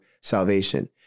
salvation